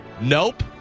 Nope